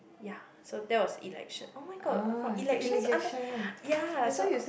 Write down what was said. ya so that was election oh-my-god from election under ya so